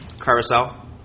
Carousel